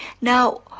Now